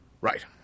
Right